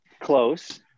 close